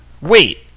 Wait